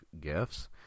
gifts